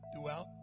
throughout